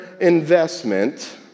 investment